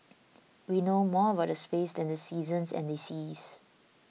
we know more about the space than the seasons and the seas